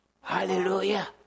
Hallelujah